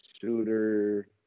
shooter